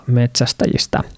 metsästäjistä